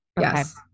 yes